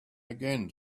again